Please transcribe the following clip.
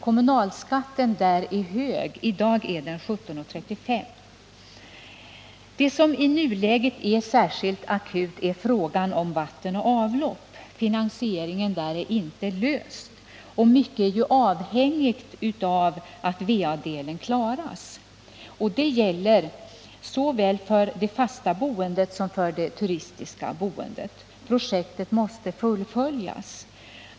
Kommunalskatten i Åre kommun är hög i dag — nämligen 31:29. Det som i nuläget är särskilt akut är frågan om vatten och avlopp. Finansieringen av denna fråga är inte löst. Mycket är avhängigt av att vadelen klaras. Detta gäller såväl för det fasta boendet som för fritidsboendet. Projektet måste fullföljas.